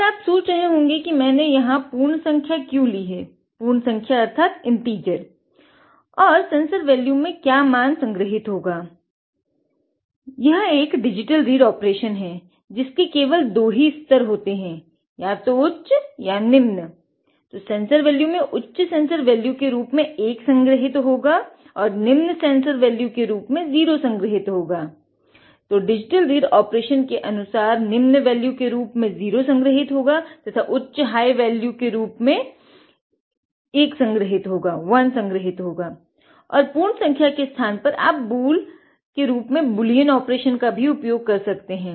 और आप सोच रहे होंगे कि मैंने यहाँ पूर्ण संख्या क्यों ली है और सेंसर वैल्यू का उपयोग भी कर सकते हैं